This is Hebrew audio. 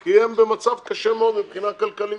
כי הם במצב קשה מאוד מבחינה כלכלית.